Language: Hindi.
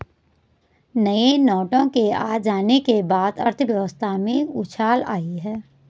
नए नोटों के आ जाने के बाद अर्थव्यवस्था में उछाल आयी है